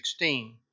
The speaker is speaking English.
16